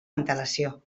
antelació